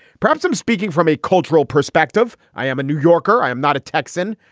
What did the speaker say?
perhaps i'm speaking from a cultural perspective. i am a new yorker. i am not a texan.